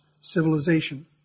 civilization